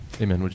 Amen